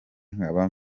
nkaba